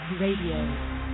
Radio